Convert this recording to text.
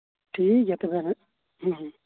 ᱴᱷᱤᱠ ᱜᱮᱭᱟ ᱛᱚᱵᱮ ᱦᱟᱸᱜ ᱦᱮᱸ ᱦᱮᱸ